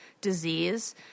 disease